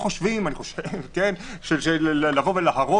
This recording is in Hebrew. אם אתה חושב שבכיסא הזה יש למ"ד מאחורה יש לך טעות.